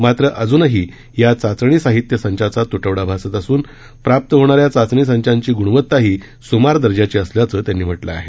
मात्र अजूनही या चाचणी साहित्य संचाचा त्टवडा भासत असून प्राप्त होणाऱ्या चाचणी संचांची ग्णवताही सुमार दर्जाची असल्याचं त्यांनी म्हटलं आहे